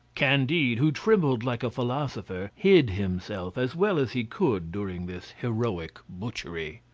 candide, who trembled like a philosopher, hid himself as well as he could during this heroic butchery.